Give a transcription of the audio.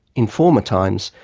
in former times,